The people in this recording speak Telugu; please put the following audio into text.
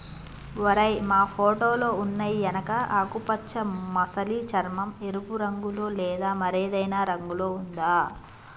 ఓరై మా ఫోటోలో ఉన్నయి ఎనుక ఆకుపచ్చ మసలి చర్మం, ఎరుపు రంగులో లేదా మరేదైనా రంగులో ఉందా